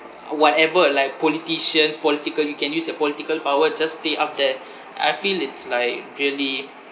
uh whatever like politicians political you can use your political power just stay up there I feel it's like really